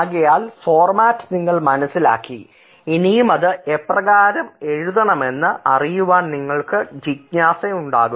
ആകയാൽ ഫോർമാറ്റ് നിങ്ങൾ മനസ്സിലാക്കി ഇനിയും എപ്രകാരം ഇത് എഴുതണം എന്ന് അറിയുവാൻ നിങ്ങൾക്ക് ജിജ്ഞാസയുണ്ടാക്കും